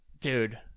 Dude